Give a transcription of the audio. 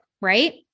right